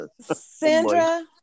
Sandra